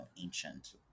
ancient